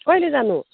कहिले जानु